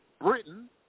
Britain